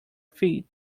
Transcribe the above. feet